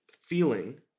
feeling